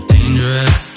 Dangerous